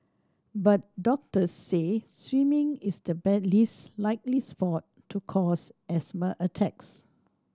but doctors say swimming is the bad least likely sport to cause asthma attacks